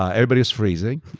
everybody's freezing.